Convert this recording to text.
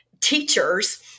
teachers